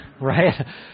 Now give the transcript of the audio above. right